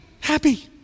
happy